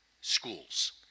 schools